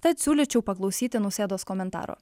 tad siūlyčiau paklausyti nausėdos komentaro